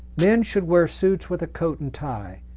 men should wear suits with a coat and tie,